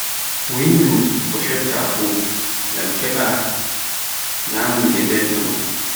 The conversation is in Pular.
Winndu ko shodaataa fuu, ngam keɓa nyamunda beldum.